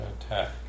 attack